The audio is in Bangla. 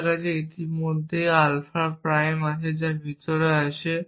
আমার কাছে ইতিমধ্যেই আলফা প্রাইম আছে যা ভিতরে আছে